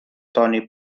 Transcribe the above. tony